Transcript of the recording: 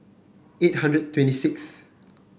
eight hundred twenty sixth